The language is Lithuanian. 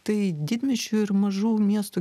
tai didmiesčių ir mažų miestų